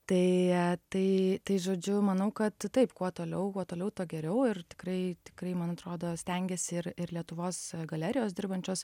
tai tai tai žodžiu manau kad taip kuo toliau kuo toliau tuo geriau ir tikrai tikrai man atrodo stengiasi ir ir lietuvos galerijos dirbančios